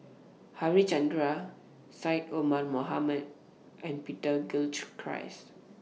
Harichandra Syed Omar Mohamed and Peter Gilchrist